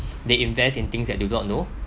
they invest in things that they don't know